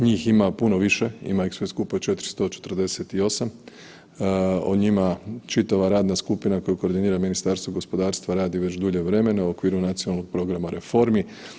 Njih ima puno više, ima ih sve skupa 448, o njima čitava radna skupina koja koordinira Ministarstvo gospodarstva radi već dulje vremena u okviru Nacionalnog programa reformi.